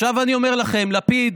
עכשיו אני אומר לכם, לפיד